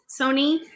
Sony